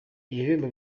ibihembo